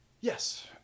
Yes